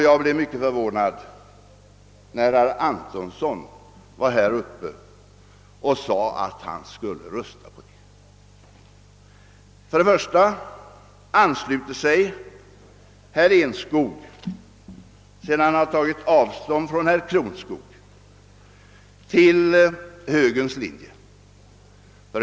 Jag blev mycket förvånad när herr Antonsson sedan sade att han skulle rösta för det yrkandet. Sedan herr Enskog tagit avstånd från herr Chronschough ansluter han sig till högerns linje.